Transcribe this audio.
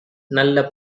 நல்ல